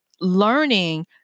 learning